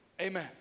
Amen